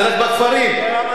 הבנתי.